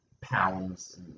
pounds